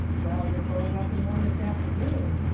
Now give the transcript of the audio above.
well, you're going up in one this afternoon!